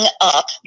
up